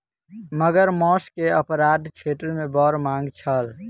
मगर मौस के अपराध क्षेत्र मे बड़ मांग छल